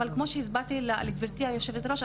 אבל כמו שהסברתי לגברתי יושבת הראש,